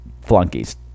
flunkies